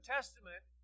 Testament